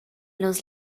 los